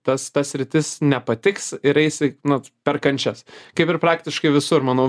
tas ta sritis nepatiks ir eisi nu per kančias kaip ir praktiškai visur manau